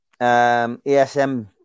ASM